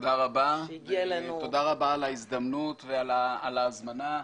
תודה רבה על ההזדמנות ועל ההזמנה.